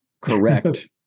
correct